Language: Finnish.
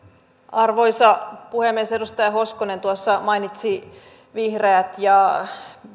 arvoisa puhemies edustaja hoskonen tuossa mainitsi vihreät ja